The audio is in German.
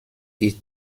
ist